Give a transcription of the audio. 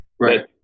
Right